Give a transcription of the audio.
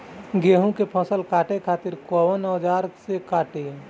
गेहूं के फसल काटे खातिर कोवन औजार से कटी?